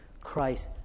Christ